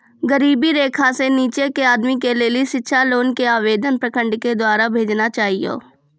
गरीबी रेखा से नीचे के आदमी के लेली शिक्षा लोन के आवेदन प्रखंड के द्वारा भेजना चाहियौ?